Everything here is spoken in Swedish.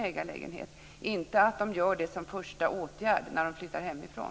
Jag tror inte att de gör det som första åtgärd när de flyttar hemifrån.